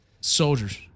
soldiers